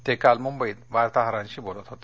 ते काल मुंबइत वार्ताहरांशी बोलत होते